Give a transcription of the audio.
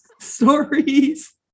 stories